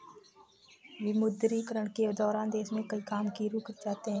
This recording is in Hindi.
विमुद्रीकरण के दौरान देश में कई काम रुक से जाते हैं